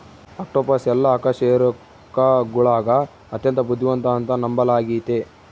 octopus ಎಲ್ಲಾ ಅಕಶೇರುಕಗುಳಗ ಅತ್ಯಂತ ಬುದ್ಧಿವಂತ ಅಂತ ನಂಬಲಾಗಿತೆ